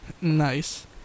Nice